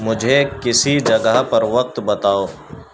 مجھے کسی جگہ پر وقت بتاؤ